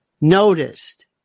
noticed